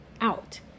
out